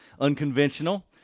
unconventional